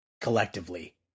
collectively